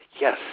Yes